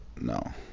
No